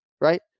right